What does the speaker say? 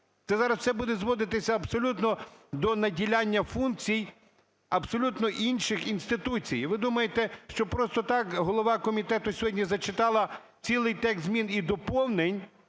Це зараз все буде зводитися абсолютно до наділяння функцій абсолютно інших інституцій. Ви думаєте, що просто так голова комітету сьогодні зачитала цілий текст змін і доповнень,